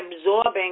absorbing